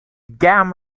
game